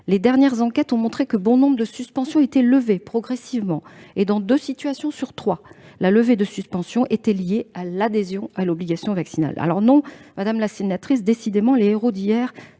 Les dernières enquêtes ont montré que bon nombre de suspensions étaient levées progressivement et que, dans deux situations sur trois, la levée de suspension était liée à l'adhésion à l'obligation vaccinale. Non, madame la sénatrice, « les héros d'hier